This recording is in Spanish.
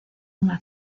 una